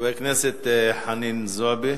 חברת הכנסת חנין זועבי.